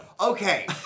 Okay